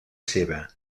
seva